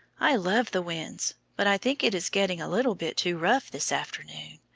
i love the wind, but i think it is getting a little bit too rough this afternoon.